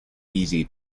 easy